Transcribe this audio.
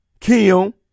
Kim